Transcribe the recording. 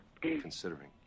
Considering